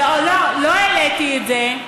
העלית את זה?